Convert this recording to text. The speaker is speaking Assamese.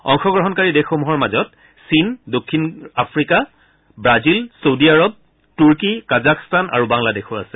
অংশগ্ৰহণকাৰী দেশসমূহৰ মাজত চীন দক্ষিণ আফ্ৰিকা ৱাজিল চৌডি আৰব তুৰ্কী কাজাখস্তান আৰু বাংলাদেশো আছে